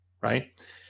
Right